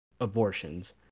abortions